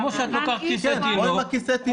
כמו עם כיסא תינוק.